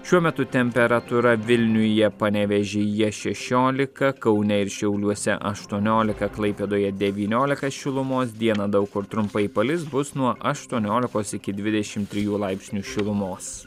šiuo metu temperatūra vilniuje panevėžyje šešiolika kaune ir šiauliuose aštuoniolika klaipėdoje devyniolika šilumos dieną daug kur trumpai palis bus nuo aštuoniolikos iki dvidešim trijų laipsnių šilumos